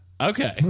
Okay